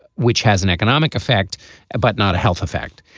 which has an economic effect but not a health effect.